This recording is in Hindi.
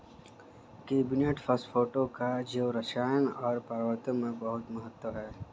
कार्बनिक फास्फेटों का जैवरसायन और पर्यावरण में बहुत महत्व है